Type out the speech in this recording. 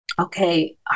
okay